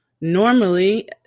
normally